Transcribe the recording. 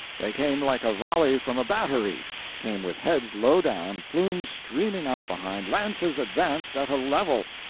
they came like a volley from a battery came with heads low down, plumes streaming out behind, lances advanced at a level.